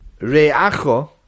Re'acho